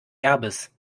erbes